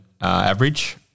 average